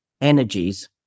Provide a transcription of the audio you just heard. energies